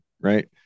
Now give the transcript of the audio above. Right